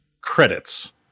credits